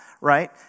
right